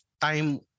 time